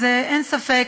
אז אין ספק,